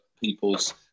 people's